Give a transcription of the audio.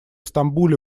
стамбуле